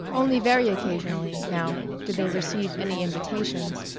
only very occasionally, now, did they receive any invitations.